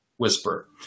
Whisper